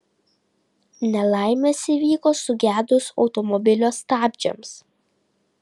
nelaimės įvyko sugedus automobilio stabdžiams